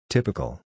Typical